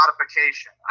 modification